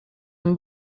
amb